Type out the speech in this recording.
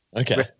Okay